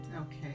Okay